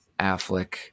Affleck